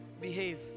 behave